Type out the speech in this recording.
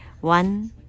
One